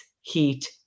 heat